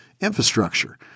infrastructure